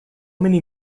many